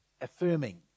affirming